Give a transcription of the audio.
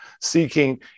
seeking